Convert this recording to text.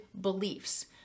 beliefs